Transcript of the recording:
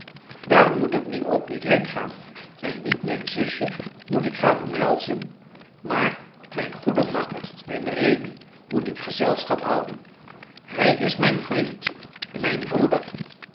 daarom moet ik nu ook niet heengaan en niet mijn zusje moet ik gaan omhelzen maar mijn goeden makker mijn rémi moet ik gezelschap houden hij is mijn vriend mijn broeder